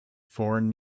foreign